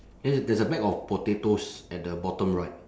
there there's a bag of potatoes at the bottom right